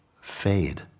fade